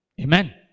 Amen